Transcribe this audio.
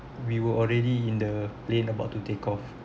we were already in the plane about to take off